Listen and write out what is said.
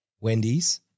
Wendy's